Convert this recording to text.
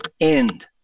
end